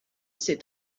said